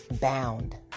bound